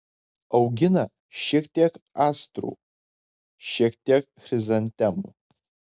augina šiek tiek astrų šiek tiek chrizantemų